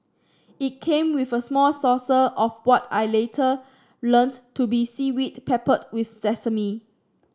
it came with a small saucer of what I later learns to be seaweed peppered with sesame